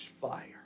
fire